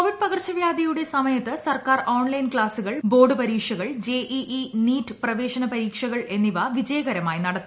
Covid പകർച്ചവ്യാ്ധീയുടെ സമയത്ത് സർക്കാർ ഓൺലൈൻ ക്ലാസുകൾ ബോർഡ് പ്പരീക്ഷകൾ ജെഇഇ നീറ്റ് പ്രവേശന പരീക്ഷകൾ എന്നിവ വിജയകരമായി നടത്തി